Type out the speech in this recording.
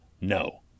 no